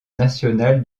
national